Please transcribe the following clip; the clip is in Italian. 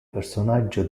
personaggio